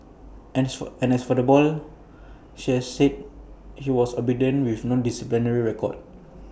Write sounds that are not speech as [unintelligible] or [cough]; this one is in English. [unintelligible] and as for the boy she had said he was obedient with no disciplinary records